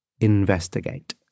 Investigate